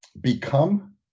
become